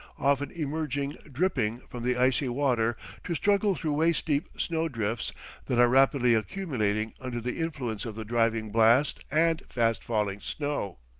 often emerging dripping from the icy water to struggle through waist-deep snow-drifts that are rapidly accumulating under the influence of the driving blast and fast-falling snow.